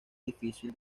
difícil